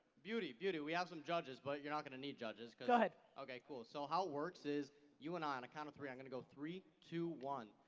beauty, beauty, we have some judges but you're not gonna need judges go ahead. okay cool, so how it works is you and i on the count of three, i'm gonna go three, two, one,